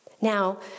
Now